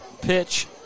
pitch